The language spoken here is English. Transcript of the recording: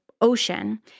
ocean